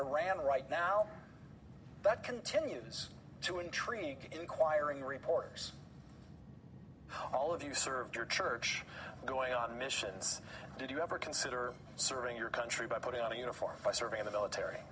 iran right now that continues to intrigue requiring reporters how all of you served your church going on missions did you ever consider serving your country by putting on a uniform by serving in the military